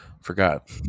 forgot